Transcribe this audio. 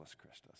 Christus